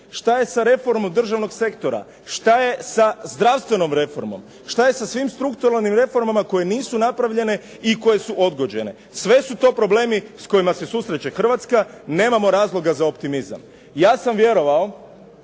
Šta je sa reformom državnog sektora? Šta je sa zdravstvenom reformom? Šta je sa svim strukturalnim reformama koje nisu napravljene i koje su odgođene? Sve su to problemi s kojima se susreće Hrvatska. Nemamo razloga za optimizam. Ja sam vjerovao